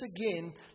again